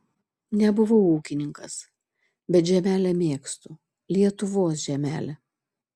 nebuvau ūkininkas bet žemelę mėgstu lietuvos žemelę